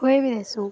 ଖୁଆଇ ବି ଦେଉ